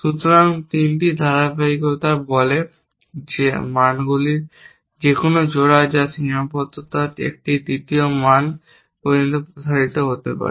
সুতরাং 3টি ধারাবাহিকতা বলে যে মানগুলির যেকোন জোড়া যা সীমাবদ্ধতা একটি তৃতীয় মান পর্যন্ত প্রসারিত হতে পারে